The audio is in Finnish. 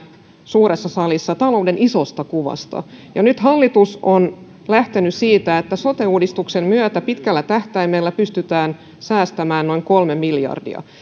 suuressa salissa talouden isosta kuvasta nyt hallitus on lähtenyt siitä että sote uudistuksen myötä pitkällä tähtäimellä pystytään säästämään noin kolme miljardia